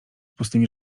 pustymi